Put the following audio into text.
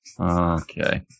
Okay